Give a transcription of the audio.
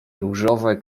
różowe